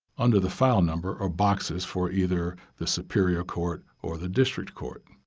under the file number are boxes for either the superior court or the district court.